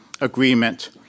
agreement